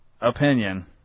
opinion